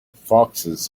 foxes